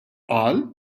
qal